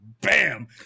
bam